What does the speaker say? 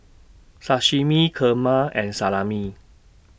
Sashimi Kheema and Salami